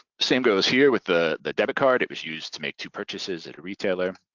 same goes here with the the debit card. it was used to make two purchases at a retailer.